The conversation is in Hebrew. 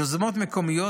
יוזמות מקומיות,